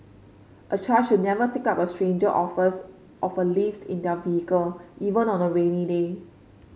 a child should never take up a stranger offers of a lift in their vehicle even on a rainy day